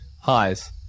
Highs